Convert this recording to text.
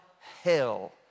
hell